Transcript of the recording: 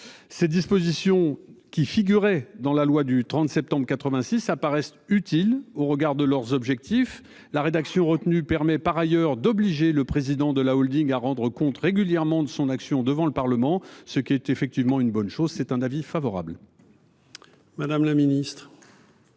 Ces dispositions qui figurait dans la loi du 30 septembre 86 apparaisse utile au regard de leurs objectifs la rédaction retenue permet par ailleurs d'obliger le président de la Holding à rendre compte régulièrement de son action devant le Parlement, ce qui est effectivement une bonne chose. C'est un avis favorable. Madame la Ministre.